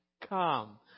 come